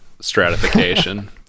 stratification